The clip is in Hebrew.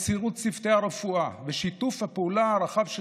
מסירות צוותי הרפואה ושיתוף הפעולה הרחב של